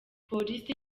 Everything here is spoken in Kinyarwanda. polisi